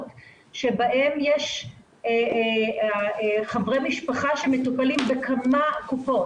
שבהן יש חברי משפחה שמטופלים בכמה קופות.